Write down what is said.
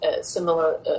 similar